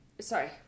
Sorry